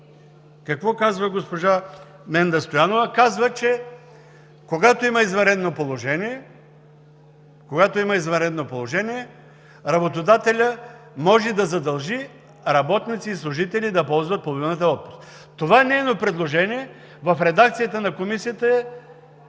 прави едно предложение, в което казва, че когато има извънредно положение, работодателят може да задължи работници и служители да ползват половината отпуск. Това нейно предложение в редакцията на Комисията е